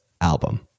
album